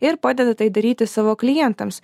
ir padeda tai daryti savo klientams